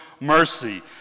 mercy